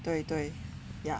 对对 ya